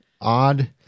odd